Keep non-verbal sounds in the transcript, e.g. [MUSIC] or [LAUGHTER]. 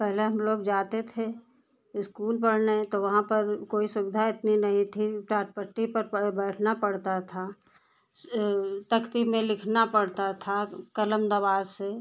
पहले हम लोग जाते थे इस्कूल पढ़ने तो वहाँ पर कोई सुविधा इतनी नहीं थी टाटपट्टी पर [UNINTELLIGIBLE] बैठना पड़ता था तख्ती में लिखना पड़ता था कलम दवात से